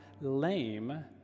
lame